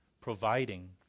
providing